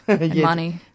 money